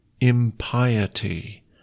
impiety